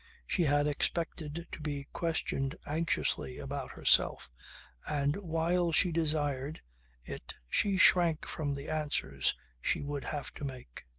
she had expected to be questioned anxiously about herself and while she desired it she shrank from the answers she would have to make.